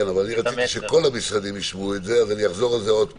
אני רוצה שכל המשרדים ישמעו את זה אז אני אחזור על זה עוד פעם.